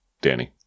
danny